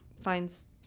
finds